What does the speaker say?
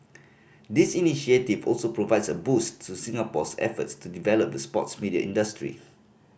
this initiative also provides a boost to Singapore's efforts to develop the sports media industry